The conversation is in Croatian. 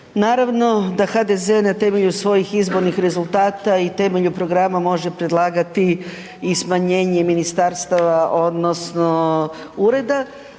Naravno da HDZ na temelju svojih izbornih rezultata i temelju programa može predlagati i smanjenje i ministarstava odnosno ureda.